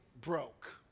broke